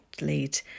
lead